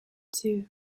two